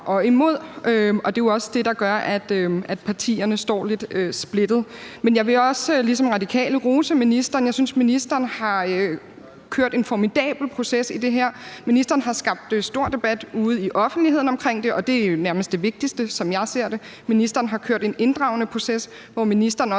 og imod, og det er også det, der gør, at partierne står lidt splittet. Jeg vil ligesom Radikale Venstre også rose ministeren. Jeg synes, at ministeren har kørt en formidabel proces i det her. Ministeren har skabt stor debat ude i offentligheden omkring det, og det er jo nærmest det vigtigste, sådan som jeg ser det. Ministeren har kørt en inddragende proces, hvor ministeren også